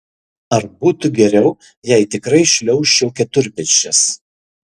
ar būtų geriau jei tikrai šliaužčiau keturpėsčias